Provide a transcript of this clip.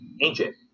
Ancient